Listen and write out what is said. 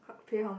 pay how much